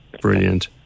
Brilliant